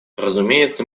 разумеется